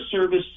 Service